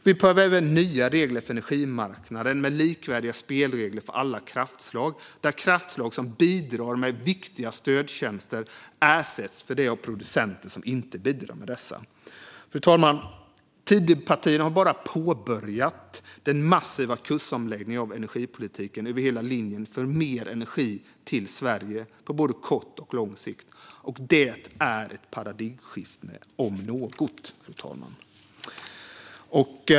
Vi behöver även nya regler för energimarknaden. Det handlar om likvärdiga spelregler för alla kraftslag, där kraftslag som bidrar med viktiga stödtjänster ersätts för det av producenter som inte bidrar med dessa. Fru talman! Tidöpartierna har bara påbörjat den massiva kursomläggningen av energipolitiken över hela linjen för mer energi till Sverige på både kort och lång sikt. Det är ett paradigmskifte om något, fru talman.